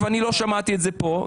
לא שמעתי את זה פה,